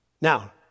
Now